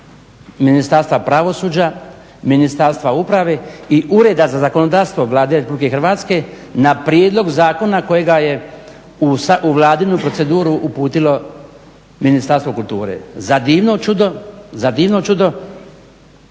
Ministarstva pravosuđa, Ministarstva uprave i Ureda za zakonodavstvo Vlade RH na prijedlog zakona kojega je u vladinu proceduru uputilo Ministarstvo kulture. Za divno čudo ministarstva